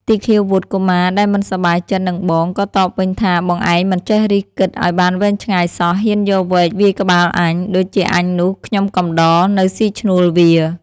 ទីឃាវុត្ត កុមារ ដែលមិនសប្បាយចិត្តនឹងបង ក៏តបវិញថា បងឯងមិនចេះរិះគិតឱ្យបានវែងឆ្ងាយសោះ ហ៊ានយកវែកវាយក្បាលអញ ដូចជាអញនោះខ្ញុំកំដរ នៅស៊ីឈ្នួលវា"។